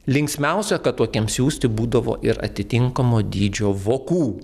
linksmiausia kad tokiem siųsti būdavo ir atitinkamo dydžio vokų